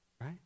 right